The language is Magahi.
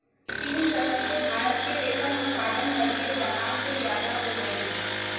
तीन दशक से भारत के रेशम उत्पादन बढ़के जापान से ज्यादा हो गेल हई